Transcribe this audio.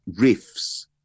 riffs